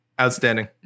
Outstanding